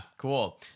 cool